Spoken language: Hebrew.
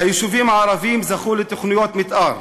היישובים הערביים זכו לתוכניות מתאר